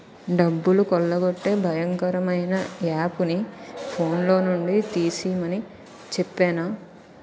డబ్బులు కొల్లగొట్టే భయంకరమైన యాపుని ఫోన్లో నుండి తీసిమని చెప్పేనా